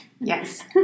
Yes